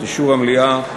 את אישור המליאה,